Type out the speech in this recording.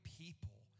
people